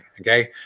okay